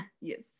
Yes